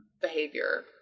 behavior